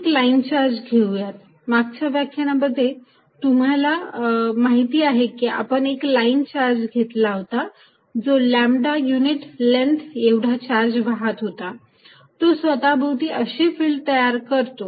आपण एक line charge घेऊयात मागच्या व्याख्यानामध्ये तुम्हाला माहिती आहे की आपण एक लाईन चार्ज घेतला होता जो लॅम्बडा युनिट लेंग्थ एवढा चार्ज वाहत होता तो स्वतः भोवती अशी फिल्ड तयार करतो